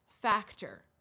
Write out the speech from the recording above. factor